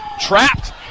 Trapped